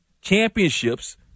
championships –